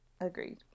agreed